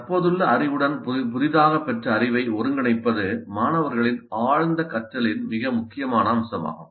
தற்போதுள்ள அறிவுடன் புதிதாகப் பெறப்பட்ட அறிவை ஒருங்கிணைப்பது மாணவர்களின் ஆழ்ந்த கற்றலின் மிக முக்கியமான அம்சமாகும்